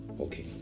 Okay